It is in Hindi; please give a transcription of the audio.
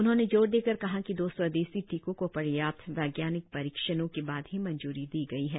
उन्होंने जोर देकर कहा कि दो स्वदेशी टीकों को पर्याप्त वैज्ञानिक परीक्षणों के बाद ही मंजूरी दी गई है